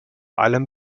allem